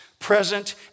present